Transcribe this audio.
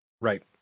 Right